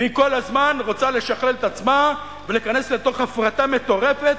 והיא כל הזמן רוצה לשכלל את עצמה ולהיכנס לתוך הפרטה מטורפת,